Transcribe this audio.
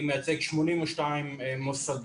אני מייצג 82 מוסדות,